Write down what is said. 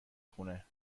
خونه